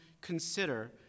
consider